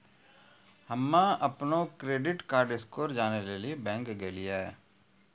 हम्म अपनो credit card score जानै लेली बैंक गेलियै